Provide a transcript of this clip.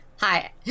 Hi